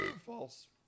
False